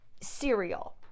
Cereal